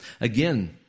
Again